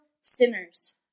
sinners